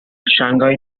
shanghai